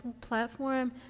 platform